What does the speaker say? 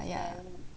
ya ya